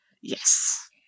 Yes